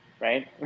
Right